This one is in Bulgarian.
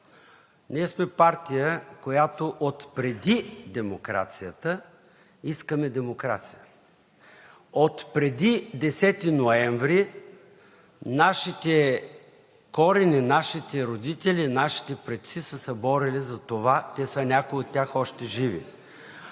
ние сме партия, която отпреди демокрацията искаме демокрация. Отпреди 10 ноември нашите корени, нашите родители, нашите предци са се борили за това. Някои от тях са още живи.